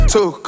Two